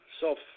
self